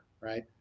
right